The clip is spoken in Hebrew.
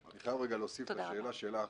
אני חייב להוסיף לשאלה שלך.